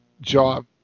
job